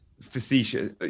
facetious